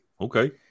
okay